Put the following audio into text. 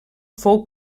fou